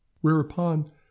whereupon